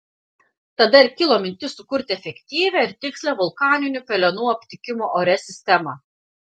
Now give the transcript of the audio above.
tada ir kilo mintis sukurti efektyvią ir tikslią vulkaninių pelenų aptikimo ore sistemą